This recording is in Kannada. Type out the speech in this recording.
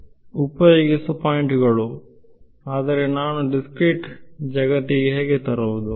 ವಿದ್ಯಾರ್ಥಿ ಉಪಯೋಗಿಸುವ ಪಾಯಿಂಟುಗಳು ಆದರೆ ನಾನು ದಿಸ್ಕ್ರೀಟ್ ಜಗತ್ತಿಗೆ ಹೇಗೆ ತರುವುದು